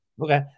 okay